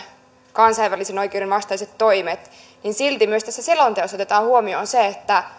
kansainvälisen oikeuden vastaiset toimet niin silti myös tässä selonteossa otetaan huomioon se että